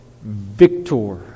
victor